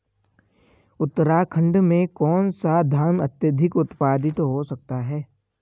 उत्तराखंड में कौन सा धान अत्याधिक उत्पादित हो सकता है?